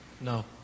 No